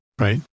Right